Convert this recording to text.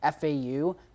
FAU